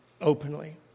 openly